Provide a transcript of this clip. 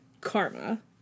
karma